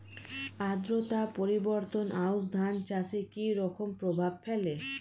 আদ্রতা পরিবর্তন আউশ ধান চাষে কি রকম প্রভাব ফেলে?